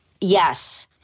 Yes